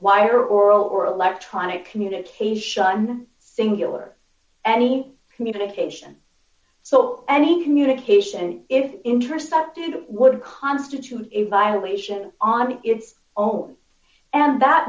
oral or electronic communication singular any communication so any communication is intercepted would constitute a violation on its own and that